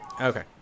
Okay